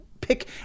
Pick